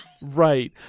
Right